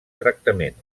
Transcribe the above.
tractament